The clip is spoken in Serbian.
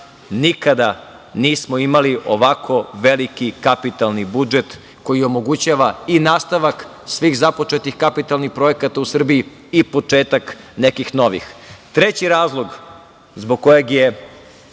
nikada nismo imali ovako veliki kapitalni budžet koji omogućava i nastavak svih započetih kapitalnih projekata u Srbiji i početak nekih novih. Treći razlog zbog kojeg je